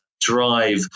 drive